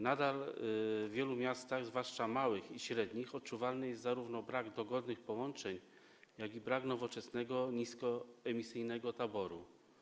Nadal w wielu miastach, zwłaszcza małych i średnich, odczuwalny jest zarówno brak dogodnych połączeń, jak i brak nowoczesnego, niskoemisyjnego taboru.